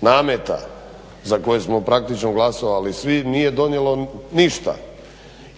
nameta za koje smo praktično glasovali svi nije donijelo ništa